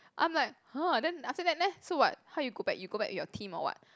I'm like !huh! then after that leh so what how you go back you go back with your team or what